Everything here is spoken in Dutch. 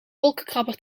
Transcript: wolkenkrabber